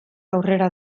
aurrera